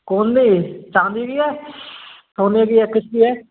कुंडी चांदी की है सोने की है किसकी है